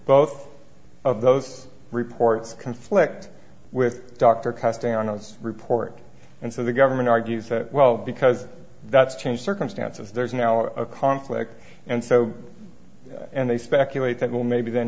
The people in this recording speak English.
vote of those reports conflict with doctor cut down on this report and so the government argues that well because that's changed circumstances there's now a conflict and so and they speculate that well maybe then